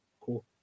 Cool